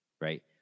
Right